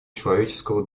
человеческого